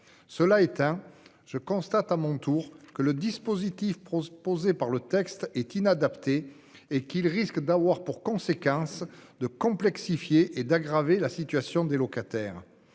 Cela étant, je constate à mon tour que le dispositif proposé dans le texte est inadapté et qu'il risque de complexifier et d'aggraver la situation des locataires.